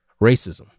Racism